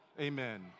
amen